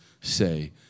say